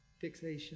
fixation